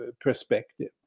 perspective